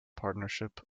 partnership